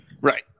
Right